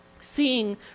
seeing